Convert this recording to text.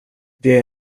det